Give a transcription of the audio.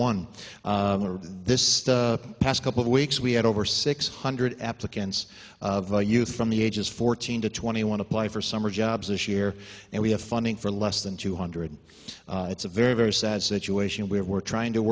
one this past couple of weeks we had over six hundred applicants youth from the ages fourteen to twenty one apply for summer jobs this year and we have funding for less than two hundred it's a very very sad situation we have we're trying to